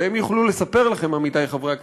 והם יוכלו לספר לכם, עמיתי חברי הכנסת,